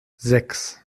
sechs